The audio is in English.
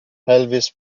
elvis